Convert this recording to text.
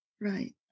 right